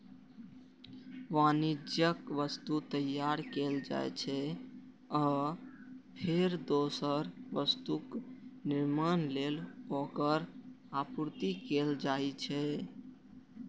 वाणिज्यिक वस्तु तैयार कैल जाइ छै, आ फेर दोसर वस्तुक निर्माण लेल ओकर आपूर्ति कैल जाइ छै